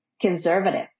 conservative